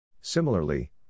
Similarly